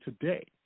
today